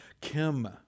Kim